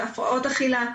הפרעות אכילה,